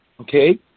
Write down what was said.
okay